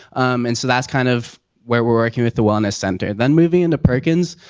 and so that's kind of where we're working with the wellness center. then moving into perkins,